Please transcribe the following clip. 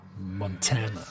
Montana